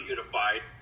Unified